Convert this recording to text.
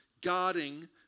guarding